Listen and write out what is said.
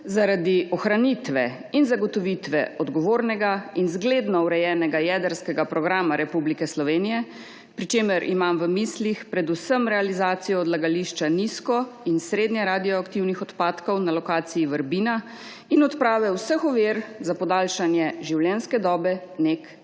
zaradi ohranitve in zagotovitve odgovornega in zgledno urejenega jedrskega programa Republike Slovenije, pri čemer imam v mislih predvsem realizacijo odlagališča nizko- in srednjeradioaktivnih odpadkov na lokaciji Vrbina in odprave vseh ovir za podaljšanje življenjske dobe NEK 1.